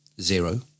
zero